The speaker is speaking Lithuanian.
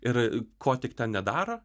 ir ko tik ten nedaro